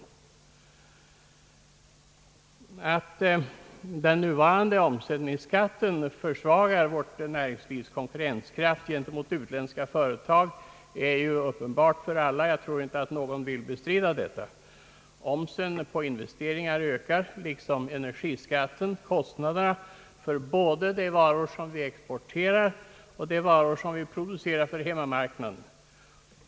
Att den nuvarande omsättningsskatten försvagar vårt näringslivs konkurrenskraft gentemot utländska företag är uppenbart för alla. Jag tror inte någon vill bestrida detta. Omsen på investeringar liksom energiskatten ökar kostnaderna såväl för de varor vi exporterar som för de varor vi producerar för hemmamarknaden.